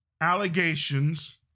allegations